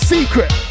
Secret